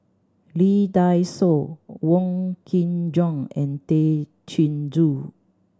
Lee Dai Soh Wong Kin Jong and Tay Chin Joo